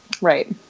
right